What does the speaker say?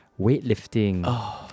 Weightlifting